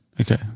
Okay